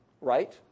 right